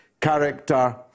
character